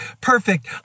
perfect